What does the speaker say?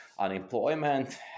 unemployment